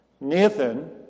Nathan